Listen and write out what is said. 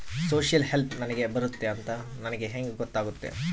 Social help ನನಗೆ ಬರುತ್ತೆ ಅಂತ ನನಗೆ ಹೆಂಗ ಗೊತ್ತಾಗುತ್ತೆ?